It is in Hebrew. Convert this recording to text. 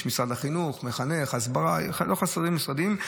יש משרד החינוך, שמחנך, הסברה, לא חסרים משרדים.